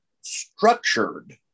structured